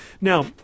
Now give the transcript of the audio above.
Now